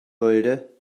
wollte